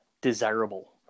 desirable